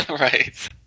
right